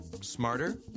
Smarter